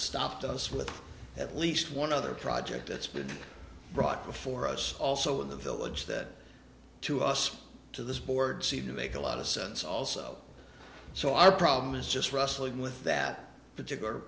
stopped us with at least one other project that's been brought before us also in the village that to us to this board seem to make a lot of sense also so our problem is just wrestling with that particular